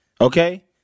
Okay